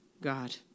God